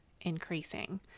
increasing